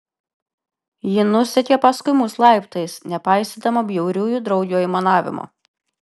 ji nusekė paskui mus laiptais nepaisydama bjauriųjų draugių aimanavimo